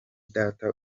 data